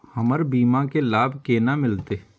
हमर बीमा के लाभ केना मिलते?